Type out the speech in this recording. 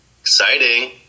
Exciting